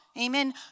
Amen